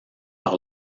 par